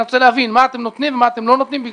רוצה להבין מה אתם נותנים ומה אתם לא נותנים.